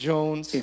Jones